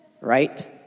right